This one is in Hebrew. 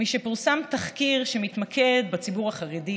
משפורסם תחקיר שמתמקד בציבור החרדי